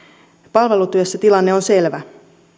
palvelutyössä tilanne on selvä